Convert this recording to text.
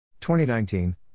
2019